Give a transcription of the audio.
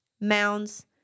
mounds